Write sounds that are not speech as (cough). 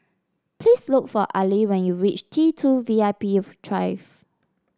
please look for Ali when you reach T two V I P (unintelligible)